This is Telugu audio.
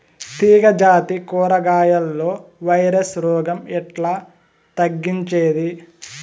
తీగ జాతి కూరగాయల్లో వైరస్ రోగం ఎట్లా తగ్గించేది?